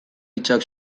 hitzak